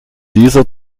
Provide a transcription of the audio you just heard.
dieser